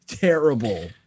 Terrible